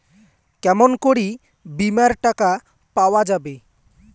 কেমন করি বীমার টাকা পাওয়া যাবে?